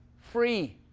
free.